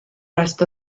rest